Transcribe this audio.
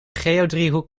geodriehoek